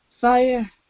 fire